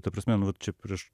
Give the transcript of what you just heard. ta prasme nu va čia prieš